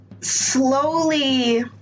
slowly